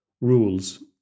rules